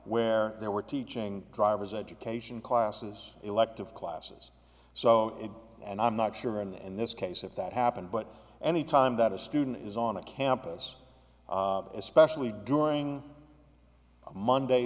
where they were teaching driver's education classes elective classes so and i'm not sure in this case if that happened but any time that a student is on a campus especially during oh monday